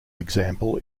example